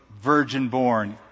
virgin-born